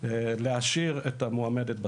להשאיר את המועמדת בתפקיד,